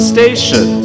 Station